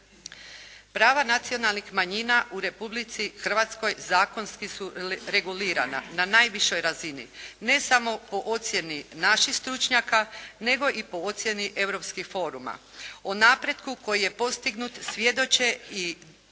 Prava nacionalnih manjina u Republici Hrvatskoj zakonski su regulirana na najvišoj razini, ne samo po ocjeni naših stručnjaka nego i po ocjeni europskih foruma. O napretku koji je postignut svjedoče i ocjene